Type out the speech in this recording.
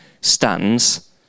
stands